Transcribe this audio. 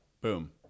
boom